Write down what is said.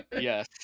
Yes